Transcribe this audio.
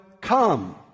come